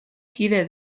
kide